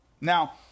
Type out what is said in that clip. Now